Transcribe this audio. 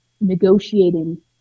negotiating